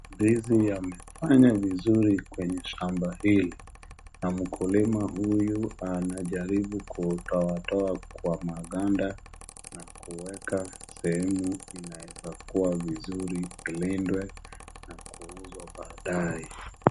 Ndizi yamefanya vizuri kwenye shamba hili, na mkulima huyu anajaribu kutoatoa kwa maganda na kuweka sehemu inaezakua vizuri, ilindwe na kuuzwa baadaye.